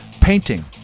painting